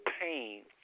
pain